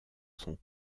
son